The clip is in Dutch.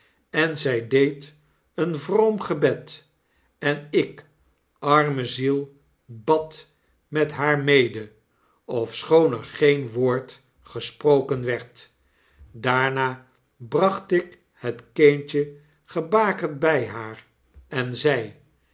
en zy deed een vroom gebed en ik arme ziel bad met haar mede ofschoon er geen woord gesproken werd daarna bracht ik het kindje gebakerd by haar en zei